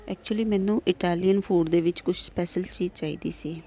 actually ਮੈਨੂੰ Italian food ਦੇ ਵਿੱਚ ਕੁਛ ਸਪੈਸ਼ਲ ਚੀਜ਼ ਚਾਹੀਦੀ ਸੀ